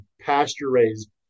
pasture-raised